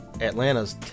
Atlanta's